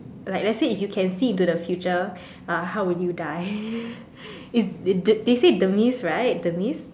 like let's say you can see into the future uh how would you die it's d~ they say demise right demise